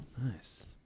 Nice